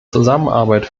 zusammenarbeit